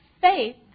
faith